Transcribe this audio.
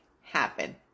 happen